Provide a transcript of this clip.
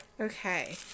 Okay